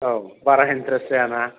औ बारा इन्ट्रेस जायाना